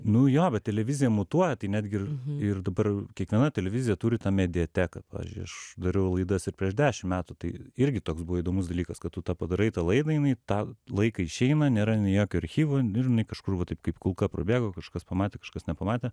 nu jo bet televizija mutuoja tai netgi ir ir dabar kiekviena televizija turi tą mediateką pavyzdžiui aš dariau laidas ir prieš dešim metų tai irgi toks buvo įdomus dalykas kad tu tą padarai tą laidą jinai tą laiką išeina nėra nei jokio archyvo ir jinai kažkur va taip kaip kulka prabėgo kažkas pamatė kažkas nepamatė